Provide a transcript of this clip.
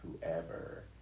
whoever